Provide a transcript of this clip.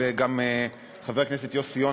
וגם חבר הכנסת יוסי יונה,